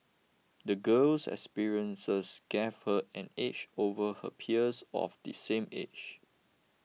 the girl's experiences gave her an edge over her peers of the same age